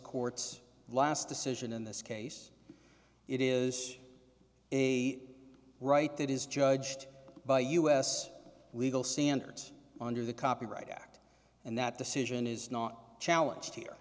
court's last decision in this case it is a right that is judged by us legal standards under the copyright act and that decision is not challenge here